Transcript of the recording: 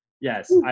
Yes